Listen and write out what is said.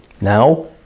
Now